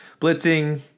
blitzing